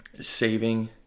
Saving